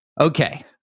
Okay